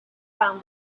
found